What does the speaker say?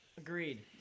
Agreed